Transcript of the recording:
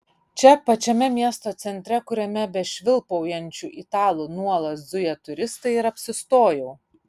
čia pačiame miesto centre kuriame be švilpaujančių italų nuolat zuja turistai ir apsistojau